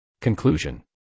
Conclusion